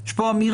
יש פה אמירה,